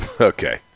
Okay